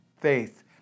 faith